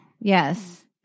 Yes